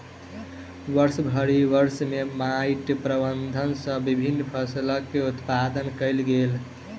वर्षभरि वर्ष में माइट प्रबंधन सॅ विभिन्न फसिलक उत्पादन कयल गेल